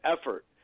effort